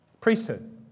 Priesthood